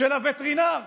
של הווטרינר.